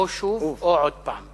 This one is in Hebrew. או "שוב" או "עוד פעם".